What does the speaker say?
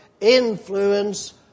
influence